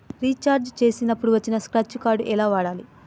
Recharge చేసినప్పుడు వచ్చిన scratch card ఎలా వాడాలి?